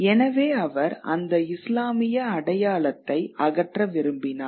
எனவே அவர் அந்த இஸ்லாமிய அடையாளத்தை அகற்ற விரும்பினார்